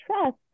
trust